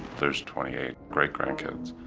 there's twenty eight great grandkids.